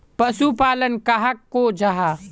पशुपालन कहाक को जाहा?